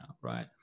right